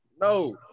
No